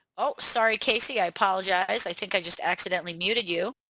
oh sorry casey i apologize i think i just accidentally muted you